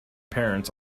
parents